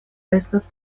estas